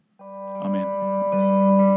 Amen